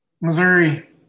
Missouri